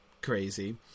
crazy